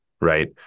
right